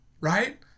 right